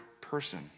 person